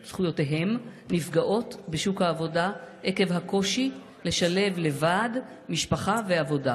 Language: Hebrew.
זכויותיהם נפגעות בשוק העבודה עקב הקושי לשלב לבד משפחה ועבודה.